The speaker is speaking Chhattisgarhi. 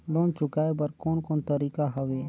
लोन चुकाए बर कोन कोन तरीका हवे?